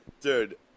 dude